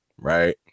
right